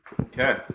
Okay